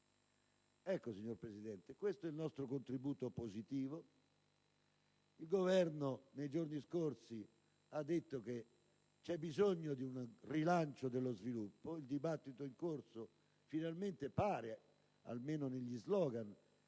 Ecco, signora Presidente, questo è il nostro contributo positivo. Il Governo nei giorni scorsi ha detto che c'è bisogno di un rilancio dello sviluppo; il dibattito in corso finalmente pare - almeno negli *slogan*